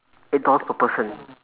eight dollars per person